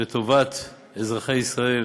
לטובת אזרחי ישראל,